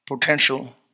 Potential